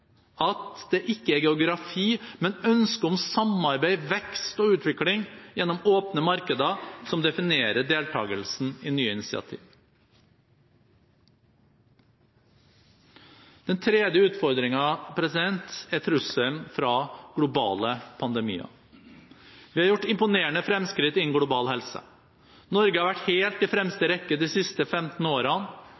at det ikke er geografi, men ønsket om samarbeid, vekst og utvikling gjennom åpne markeder som definerer deltakelsen i nye initiativ. Den tredje utfordringen er trusselen fra globale pandemier. Vi har gjort imponerende fremskritt innen global helse. Norge har vært helt i fremste rekke de